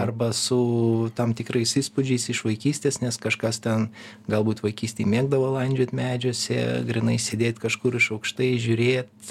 arba su tam tikrais įspūdžiais iš vaikystės nes kažkas ten galbūt vaikystėj mėgdavo landžiot medžiuose grynai sėdėt kažkur iš aukštai žiūrėt